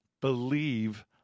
believe